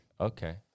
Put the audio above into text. Okay